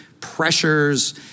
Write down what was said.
pressures